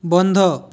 বন্ধ